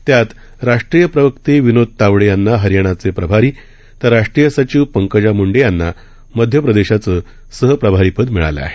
त्यात राष्ट्रीय प्रवक्ते विनोद तावडे यांना हरियाणाचे प्रभारी तर राष्ट्रीय सचिव पंकजा मुंडे यांना मध्य प्रदेशचं सहप्रभारीपद मिळालं आहे